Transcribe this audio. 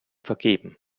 vergeben